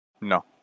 No